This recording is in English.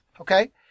Okay